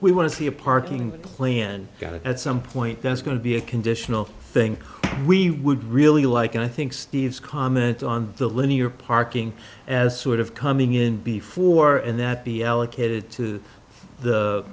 we want to see a parking play and at some point there's going to be a conditional thing we would really like and i think steve's comment on the linear parking as sort of coming in before and that be allocated to the